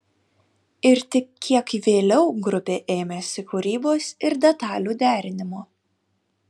ir tik kiek vėliau grupė ėmėsi kūrybos ir detalių derinimo